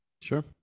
Sure